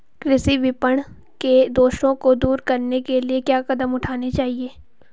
कृषि विपणन के दोषों को दूर करने के लिए क्या कदम उठाने चाहिए?